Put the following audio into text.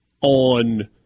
on